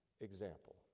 Example